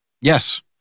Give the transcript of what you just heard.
yes